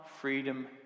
freedom